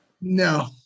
no